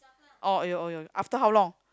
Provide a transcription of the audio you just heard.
oh you oh you after how long